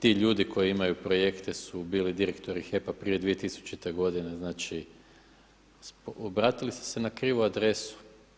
Ti ljudi koji imaju projekte su bili direktori HEP-a prije 2000. godine, znači obratili ste se na krivu adresu.